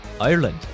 Ireland